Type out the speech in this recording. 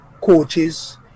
coaches